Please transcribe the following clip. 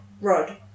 Rod